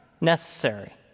necessary